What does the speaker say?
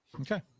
okay